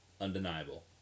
undeniable